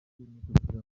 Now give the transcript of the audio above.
imodoka